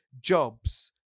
jobs